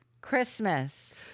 Christmas